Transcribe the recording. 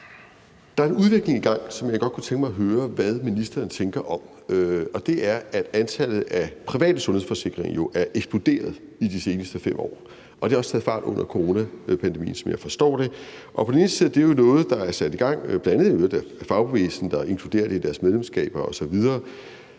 Der er en udvikling i gang, som jeg godt kunne tænke mig at høre hvad ministeren tænker om, og det er, at antallet af private sundhedsforsikringer jo er eksploderet i de seneste 5 år, og det har også taget fart under coronapandemien, som jeg forstår det. Det er jo noget, der er sat i gang, bl.a. i øvrigt af fagbevægelsen, der inkluderer det i deres medlemskaber osv.